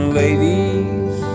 ladies